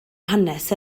hanes